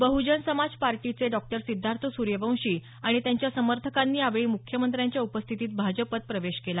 बहुजन समाज पार्टीचे डॉ सिध्दार्थ सूर्यवंशी आणि त्यांच्या समर्थकांनी यावेळी मुख्यमंत्र्यांच्या उपस्थितीत भाजपात प्रवेश केला